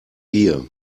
hier